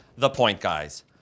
ThePointGuys